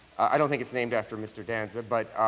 i don't think it is named after mr. danza, but,